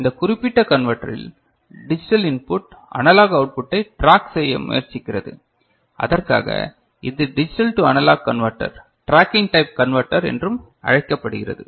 இந்த குறிப்பிட்ட கன்வெர்ட்டரில் டிஜிட்டல் இன்புட் அனலாக் அவுட் புட்டை டிராக் செய்ய முயற்சிக்கிறது அதற்காக இது digital to analog converter tracking type converter என்றும் அழைக்கப்படுகிறது